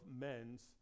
men's